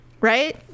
right